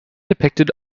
depicted